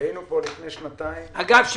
אגב,